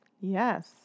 Yes